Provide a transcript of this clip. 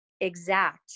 exact